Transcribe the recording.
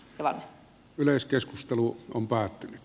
vasta yleiskeskustelu on päättynyt